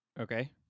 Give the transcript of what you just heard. Okay